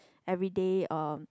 everyday uh